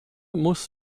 muss